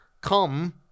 Come